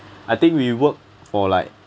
I think we work for like